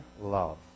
love